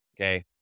okay